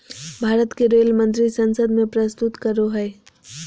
भारत के रेल मंत्री संसद में प्रस्तुत करो हइ